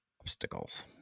obstacles